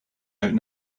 out